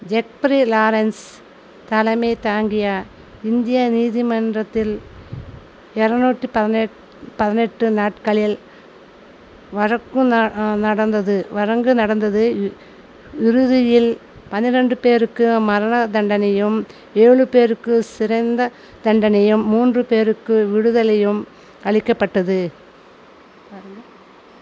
Jeffrey Lawrence தலைமை தாங்கிய இந்திய நீதிமன்றத்தில் எரநூத்தி பதினெட்டு பதினெட்டு நாட்களில் வழக்கு நடந்தது நடந்தது இறுதியில் பனிரெண்டு பேருக்கு மரண தண்டனையும் ஏழு பேருக்கு சிறந்த தண்டனையும் மூன்று பேருக்கு விடுதலையும் அளிக்கப்பட்டது பாருங்கள்